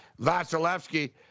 Vasilevsky